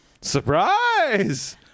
Surprise